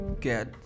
get